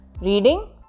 reading